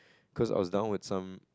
cause I was down with some